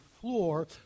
floor